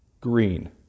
Green